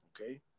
okay